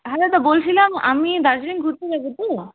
হ্যাঁ দাদা বলছিলাম আমি দার্জিলিং ঘুরতে যাব তো